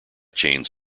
chains